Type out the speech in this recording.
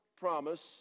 promise